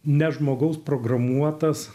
ne žmogaus programuotas